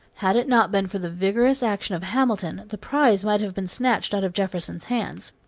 had it not been for the vigorous action of hamilton the prize might have been snatched out of jefferson's hands.